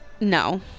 No